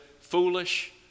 Foolish